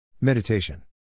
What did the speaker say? Meditation